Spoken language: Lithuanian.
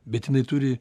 bet jinai turi